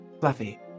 Fluffy